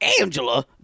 Angela